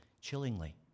chillingly